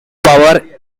power